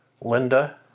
Linda